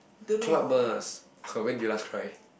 cloud burst !huh! when did you last cry